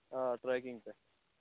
آ ٹریکِنٛگ پٮ۪ٹھ